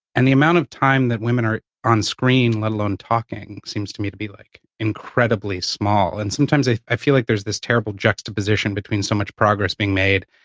and the amount of time that women are onscreen, let alone talking, seems to me to be, like, incredibly small. and sometimes i i feel like there's this terrible juxtaposition between so much progress being made,